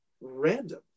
random